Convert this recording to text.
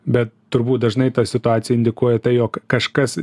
bet turbūt dažnai tą situaciją indikuoja tai jog kažkas